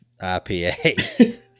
IPA